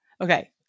Okay